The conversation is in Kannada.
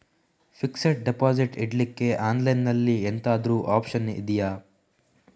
ಫಿಕ್ಸೆಡ್ ಡೆಪೋಸಿಟ್ ಇಡ್ಲಿಕ್ಕೆ ಆನ್ಲೈನ್ ಅಲ್ಲಿ ಎಂತಾದ್ರೂ ಒಪ್ಶನ್ ಇದ್ಯಾ?